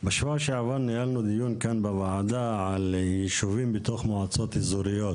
בשבוע שעבר ניהלנו דיון כאן בוועדה על יישובים בתוך מועצות אזוריות,